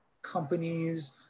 companies